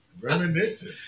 Reminiscing